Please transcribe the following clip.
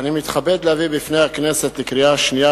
אני מתכבד להביא בפני הכנסת לקריאה שנייה